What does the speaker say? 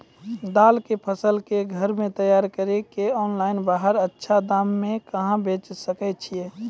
दाल के फसल के घर मे तैयार कड़ी के ऑनलाइन बाहर अच्छा दाम मे कहाँ बेचे सकय छियै?